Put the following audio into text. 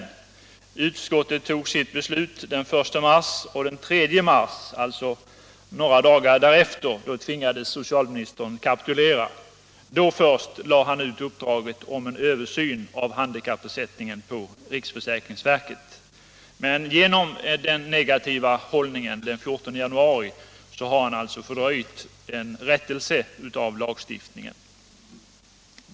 Utskottet tog sitt beslut den 1 mars, och den 3 mars, alltså några dagar därefter, tvingades socialministern kapitulera. Då först lade han ut uppdraget om en översyn av handikappersättningen på riksförsäkringsverket. Men genom den negativa hållningen den 14 januari har han alltså fördröjt en rättelse av lagstiftningen.